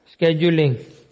scheduling